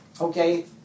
Okay